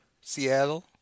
Seattle